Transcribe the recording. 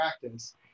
practice